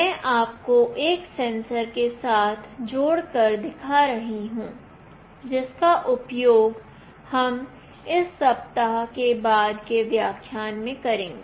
मैं आपको एक सेंसर के साथ इसे जोड़कर दिखा रही हूं जिसका उपयोग हम इस सप्ताह के बाद के व्याख्यान में करेंगे